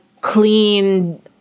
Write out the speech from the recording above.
clean